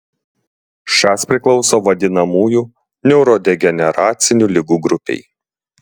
šas priklauso vadinamųjų neurodegeneracinių ligų grupei